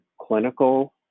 clinical